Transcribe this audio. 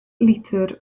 litr